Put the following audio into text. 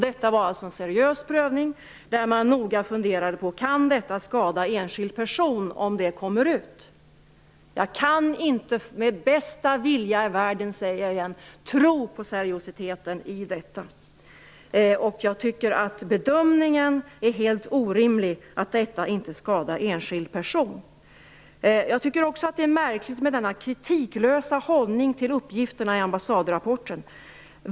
Detta var alltså en seriös prövning där man noga funderade på om uppgifterna kunde skada enskild person om de kom ut. Jag kan inte med bästa vilja i världen - jag säger det igen - tro på seriositeten i detta. Jag tycker att bedömningen att detta inte skadar enskild person är helt orimlig. Jag tycker också att det är märkligt med denna kritiklösa hållning till uppgifterna i ambassadrapporten.